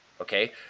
okay